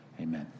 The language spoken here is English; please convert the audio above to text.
amen